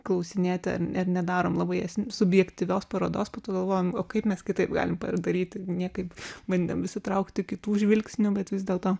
klausinėti ar ar nedarome labai subjektyvios parodos po to galvojom o kaip mes kitaip galim padaryti niekaip bandėm įsitraukti kitų žvilgsnių bet vis dėlto